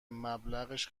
مبلغش